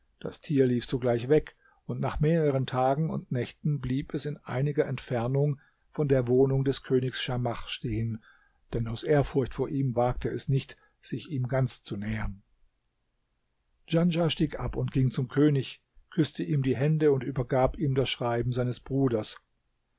das tier lief sogleich weg und nach mehreren tagen und nächten blieb es in einiger entfernung von der wohnung des königs schamach stehen denn aus ehrfurcht vor ihm wagte es nicht sich ihm ganz zu nähern djanschah stieg ab und ging zum könig küßte ihm die hände und übergab ihm das schreiben seines bruders